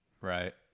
right